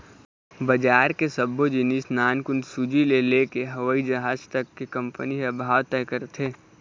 बजार के सब्बो जिनिस नानकुन सूजी ले लेके हवई जहाज तक के कंपनी ह भाव तय करथे